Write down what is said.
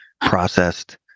processed